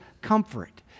comfort